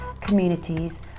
communities